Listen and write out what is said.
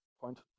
Point